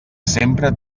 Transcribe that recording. sempre